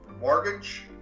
mortgage